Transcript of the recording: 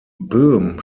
böhm